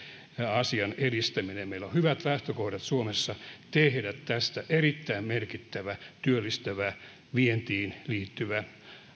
asian edistäminen meillä on hyvät lähtökohdat suomessa tehdä tästä erittäin merkittävä työllistävä vientiin liittyvä